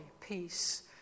peace